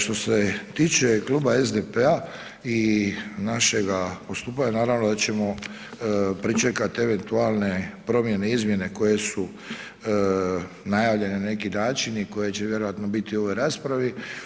Što se tiče Kluba SDP-a i našega postupanja, naravno da ćemo pričekati eventualne promjene, izmjene koje su najavljene na neki način i koje će vjerojatno biti u ovoj raspravi.